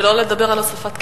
שלא לדבר על הוספת כיתות.